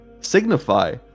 signify